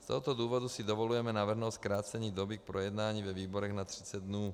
Z tohoto důvodu si dovolujeme navrhnout zkrácení doby k projednání ve výborech na 30 dnů.